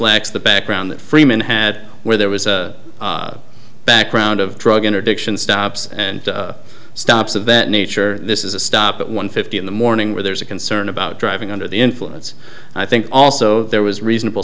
lacks the background that freeman had where there was a background of drug interdiction stops and stops of that nature this is a stop at one fifty in the morning where there's a concern about driving under the influence i think also there was reasonable